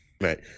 Right